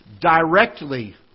directly